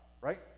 right